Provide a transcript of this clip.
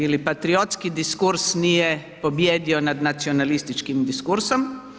Ili patriotski diskurs nije pobijedio nad nacionalističkim diskursom.